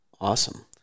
Awesome